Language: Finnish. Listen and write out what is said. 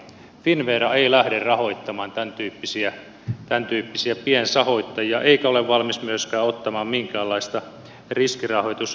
finnvera ei lähde rahoittamaan tämäntyyppisiä piensahoittajia eikä ole valmis myöskään ottamaan minkäänlaista riskirahoitusleimaa